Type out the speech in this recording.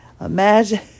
Imagine